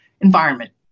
environment